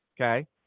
Okay